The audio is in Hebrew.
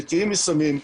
נקיים מסמים,